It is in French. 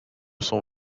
son